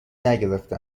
نگرفته